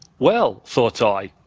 well, thought i,